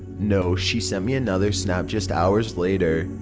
no, she sent me another snap just hours later.